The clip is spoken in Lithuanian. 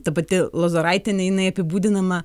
ta pati lozoraitienė jinai apibūdinama